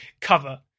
cover